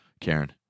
Karen